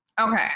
Okay